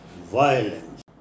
violence